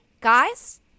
guys